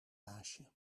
baasje